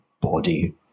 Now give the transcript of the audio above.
body